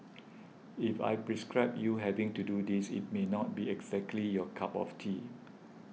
if I prescribe you having to do this it may not be exactly your cup of tea